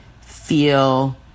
feel